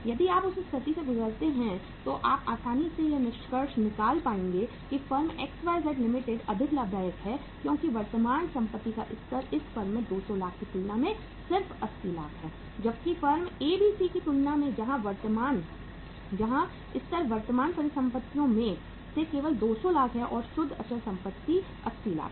यदि आप उस स्थिति से गुजरते हैं तो आप आसानी से यह निष्कर्ष निकाल पाएंगे कि फर्म XYZ लिमिटेड अधिक लाभदायक है क्योंकि वर्तमान संपत्ति का स्तर इस फर्म में 200 लाख की तुलना में सिर्फ 80 लाख है जबकि फर्म ABC की तुलना में जहां स्तर वर्तमान परिसंपत्तियों में से केवल 200 लाख है और शुद्ध अचल संपत्ति 80 लाख है